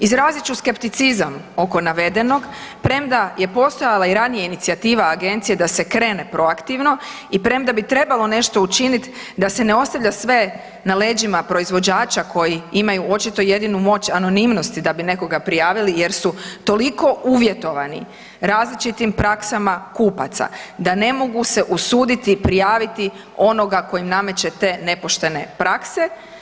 Izrazit ću skepticizam oko navedenog premda je postojala i ranije inicijativa agencije da se krene proaktivno i premda bi trebalo nešto učiniti da se ne ostavlja sve na leđima proizvođača koji imaju očito jedinu moć anonimnosti da bi nekoga prijavili jer su toliko uvjetovani različitim praksama kupaca da ne mogu se usuditi prijaviti onoga tko im nameće te nepoštene prakse.